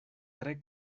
tre